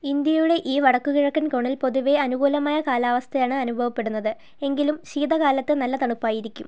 ഇന്ത്യയുടെ ഈ വടക്ക് കിഴക്കൻ കോണിൽ പൊതുവെ അനുകൂലമായ കാലാവസ്ഥയാണ് അനുഭവപ്പെടുന്നത് എങ്കിലും ശീതകാലത്ത് നല്ല തണുപ്പായിരിക്കും